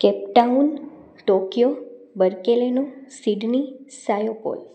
cap Town Tokyo Berkeley Sydney Sao Paulo